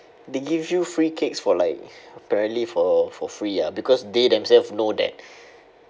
they give you free cakes for like apparently for for free ah because they themself know that